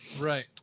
right